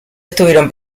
estuvieron